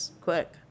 quick